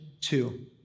two